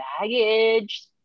baggage